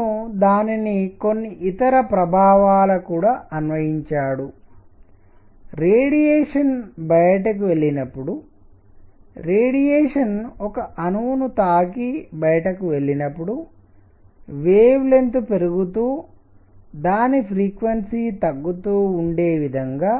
అతను దానిని కొన్ని ఇతర ప్రభావాలకు కూడా అన్వయించాడు రేడియేషన్ బయటికి వెళ్లినప్పుడు రేడియేషన్ ఒక అణువును తాకి బయటకు వెళ్లినప్పుడు వేవ్ లెంగ్త్ తరంగదైర్ఘ్యం పెరుగుతూ దాని ఫ్రీక్వెన్సీ పౌనఃపున్యం తగ్గుతూ ఉండే విధంగా